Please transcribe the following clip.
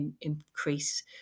increase